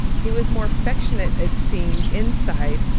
he was more affectionate it seemed, inside.